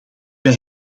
wij